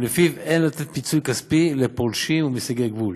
ולפיו אין לתת פיצוי כספי לפולשים ולמסיגי גבול.